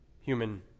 human